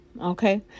okay